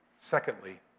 Secondly